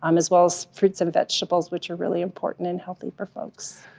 um as well as fruits and vegetables, which are really important and healthy for folks.